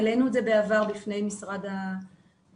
העלינו את זה בעבר בפני משרד הבריאות.